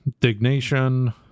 Dignation